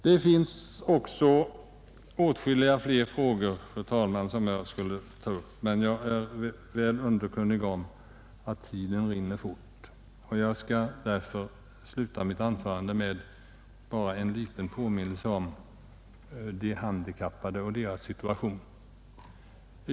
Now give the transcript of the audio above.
Det finns också åtskilliga andra frågor, fru talman, som jag skulle vilja ta upp, men jag är väl underkunnig om att tiden rinner fort. Jag skall därför sluta mitt anförande med en liten påminnelse om de handikappade och deras situation.